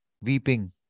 weeping